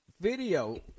video